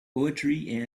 poetry